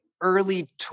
early